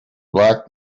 black